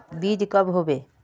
बीज कब होबे?